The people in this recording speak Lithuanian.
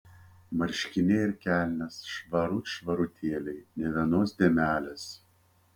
marškiniai ir kelnės švarut švarutėliai nė vienos dėmelės